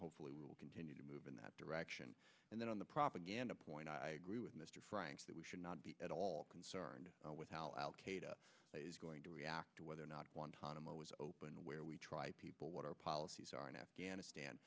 hopefully will continue to move in that direction and then on the propaganda point i agree with mr franks that we should not be at all concerned with how al qaeda is going to react or whether or not i'm always open where we try people what our policies are in afghanistan